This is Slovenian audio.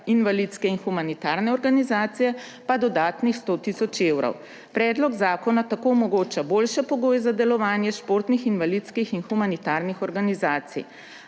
invalidske in humanitarne organizacije, pa dodatnih 100 tisoč evrov. Predlog zakona tako omogoča boljše pogoje za delovanje športnih, invalidskih in humanitarnih organizacij.